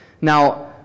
Now